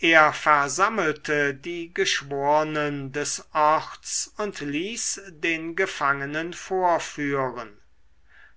er versammelte die geschwornen des orts und ließ den gefangenen vorführen